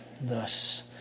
thus